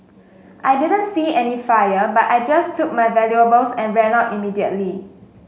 I didn't see any fire but I just took my valuables and ran out immediately